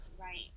Right